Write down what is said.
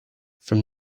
from